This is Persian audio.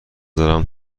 دارم